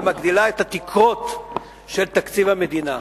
ומגדילה את התקרות של תקציב המדינה.